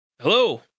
hello